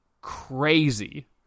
crazy